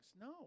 No